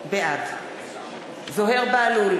בעד זוהיר בהלול,